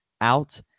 out